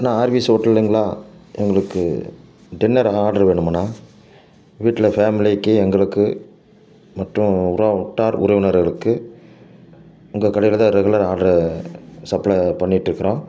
அண்ணா RVS ஹோட்டலுங்களா எங்களுக்கு dinner order வேணும்ண்ணா வீட்டில் ஃபேமிலிக்கு எங்களுக்கு மற்றும் உறா உற்றார் உறவினர்களுக்கு உங்கள் கடையில்தான் ரெகுலர் ஆட்ரு சப்ளை பண்ணிகிட்டு இருக்கிறோம்